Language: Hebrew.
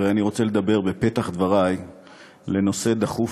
הרי אני רוצה לדבר בפתח דברי על נושא דחוף